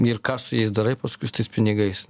ir ką su jais darai paskui su tais pinigais